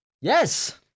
Yes